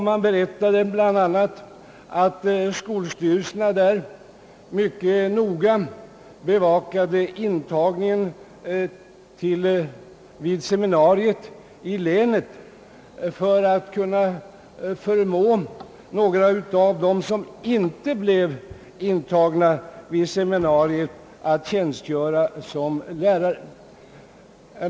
Man berättade bl.a. att skolstyrelserna där mycket noga bevakade intagningen vid seminariet i länet för att kunna förmå några av dem som inte blev intagna i seminariet att tjänstgöra som lärare.